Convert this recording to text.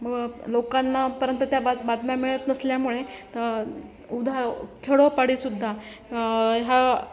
मग लोकांपर्यंत त्या ब बातम्या मिळत नसल्यामुळे उधार खेडोपाडीसुद्धा ह्या